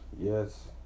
Yes